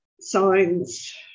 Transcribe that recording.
signs